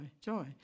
joy